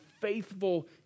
faithful